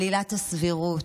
על עילת הסבירות,